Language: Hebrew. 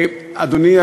הוא ידוּוח, הוא ידוּוח.